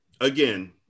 Again